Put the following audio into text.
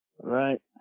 right